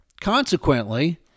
Consequently